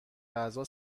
غذا